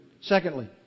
Secondly